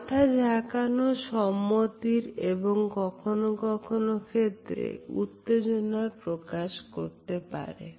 মাথা ঝাকানো সম্মতির এবং কখনো কখনো ক্ষেত্রে উত্তেজনার প্রকাশ করতে পারে